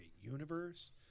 Universe